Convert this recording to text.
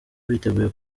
biteguye